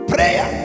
Prayer